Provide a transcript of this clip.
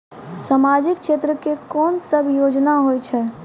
समाजिक क्षेत्र के कोन सब योजना होय छै?